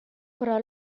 però